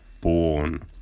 born